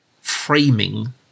framing